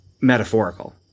metaphorical